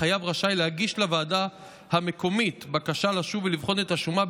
החייב רשאי להגיש לוועדה המקומית בקשה לשוב ולבחון את השומה,